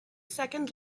second